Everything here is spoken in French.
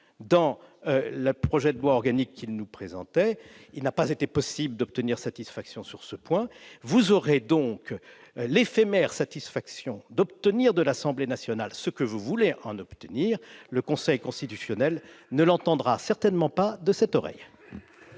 dans le projet de loi organique qu'il nous présentait. Il n'a pas été possible d'obtenir satisfaction sur ce point. Vous aurez donc l'éphémère satisfaction d'obtenir de l'Assemblée nationale ce que vous voulez en obtenir, madame la ministre. Le Conseil constitutionnel ne l'entendra certainement pas de cette oreille